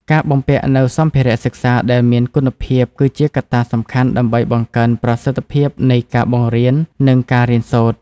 ការបំពាក់នូវសម្ភារៈសិក្សាដែលមានគុណភាពគឺជាកត្តាសំខាន់ដើម្បីបង្កើនប្រសិទ្ធភាពនៃការបង្រៀននិងការរៀនសូត្រ។